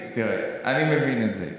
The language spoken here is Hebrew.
תראה, אני מבין את זה.